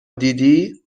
دیدی